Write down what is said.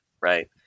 right